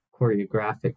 choreographic